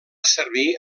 servir